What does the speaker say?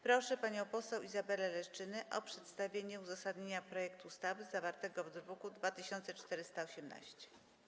Proszę panią poseł Izabelę Leszczynę o przedstawienie uzasadnienia projektu ustawy zawartego w druku nr 2418.